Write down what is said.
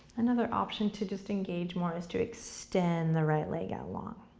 another option, to just engage more, is to extend the right leg out long.